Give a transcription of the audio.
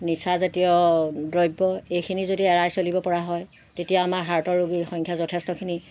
নিচা জাতীয় দ্ৰব্য এইখিনি যদি এৰাই চলিব পৰা হয় তেতিয়া আমাৰ হাৰ্টৰ ৰোগীৰ সংখ্যা যথেষ্টখিনি